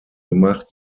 gemacht